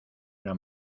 una